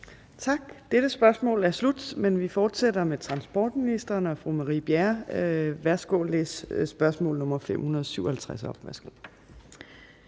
Tak. Dette spørgsmål er slut. Men vi fortsætter med transportministeren og fru Marie Bjerre. Kl. 13:49 Spm. nr. S 557 8)